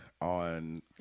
on